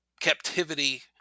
captivity